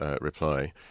reply